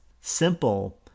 simple